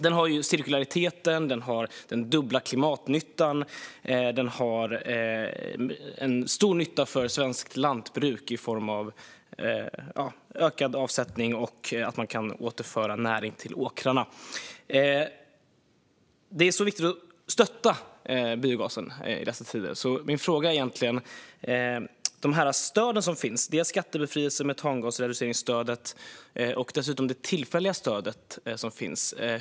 Den har cirkularitet, dubbel klimatnytta och stor nytta för svenskt lantbruk i form av ökad avsättning och att man kan återföra näring till åkrarna. Det är viktigt att stötta biogasen i dessa tider. Min fråga gäller de stöd som finns: skattebefrielse, metangasreduceringsstöd och dessutom det tillfälliga stöd som finns.